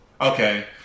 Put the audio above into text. Okay